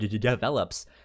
develops